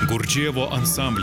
gurdžijevo ansamblį